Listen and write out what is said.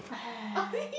!haiya!